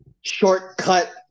shortcut